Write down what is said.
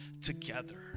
together